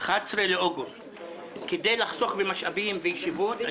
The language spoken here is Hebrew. כדי לחסוך במשאבים וישיבות,